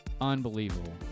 unbelievable